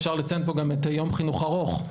אפשר לציין פה גם את יום החינוך הארוך,